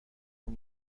اون